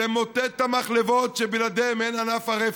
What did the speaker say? ולמוטט את המחלבות, שבלעדיהן אין ענף הרפת.